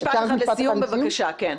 משפט אחד לסיום, בבקשה, כן.